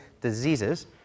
diseases